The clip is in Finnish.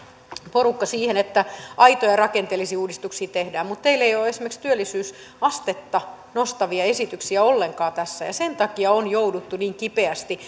porukka siihen että aitoja rakenteellisia uudistuksia tehdään mutta teillä ei ole esimerkiksi työllisyysastetta nostavia esityksiä ollenkaan tässä sen takia on jouduttu niin kipeästi